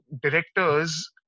directors